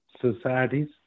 societies